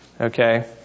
Okay